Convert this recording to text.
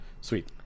sweet